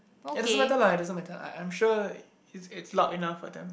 it doesn't matter lah it doesn't matter I I'm sure it's loud enough for them